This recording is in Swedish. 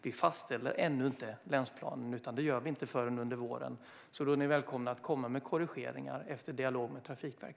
Vi fastställer inte länsplanen än. Det gör vi inte förrän under våren. Ni är alltså välkomna att lämna in korrigeringar efter dialog med Trafikverket.